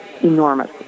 enormous